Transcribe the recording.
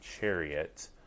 chariot